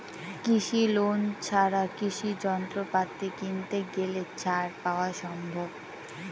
কৃষি লোন ছাড়া কৃষি যন্ত্রপাতি কিনতে গেলে ছাড় পাওয়া সম্ভব?